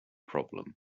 problem